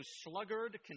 sluggard